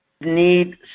need